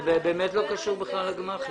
זה באמת לא קשור לגמ"חים.